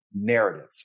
Narrative